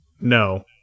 No